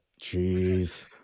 Jeez